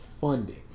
funding